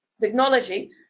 technology